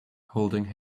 holding